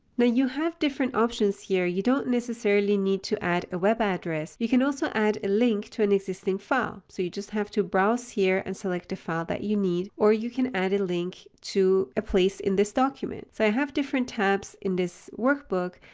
you have different options here. you don't necessarily need to add a web address. you can also add a link to an existing file. so you just have to browse here and select a file that you need, or you can add a link to a place in this document. so i have different tabs in this workbook.